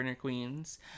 Queens